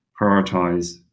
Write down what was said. prioritize